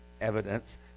evidence